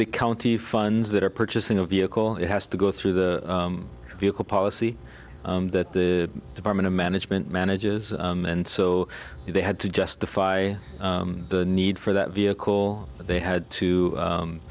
the county funds that are purchasing a vehicle it has to go through the vehicle policy that the department of management manages and so they had to justify the need for that vehicle but they had to